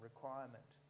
Requirement